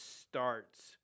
starts